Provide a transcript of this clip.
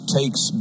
takes